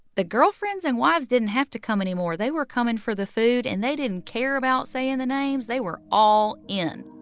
the girlfriends and wives didn't have to come anymore. they were coming for the food. and they didn't care about saying the names. they were all in